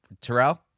Terrell